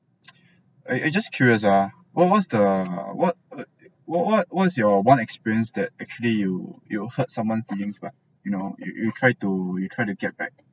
I I just curious ah what what's the what what what what's your one experience that actually you you hurt someone's feelings but you know you you try to you try to get back